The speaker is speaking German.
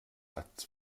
als